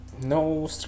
No